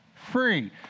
Free